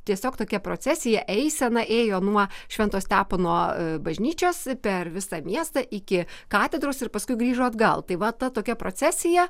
tiesiog tokia procesija eisena ėjo nuo švento stepono bažnyčios per visą miestą iki katedros ir paskui grįžo atgal tai va ta tokia procesija